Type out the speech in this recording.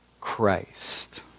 Christ